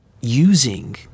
using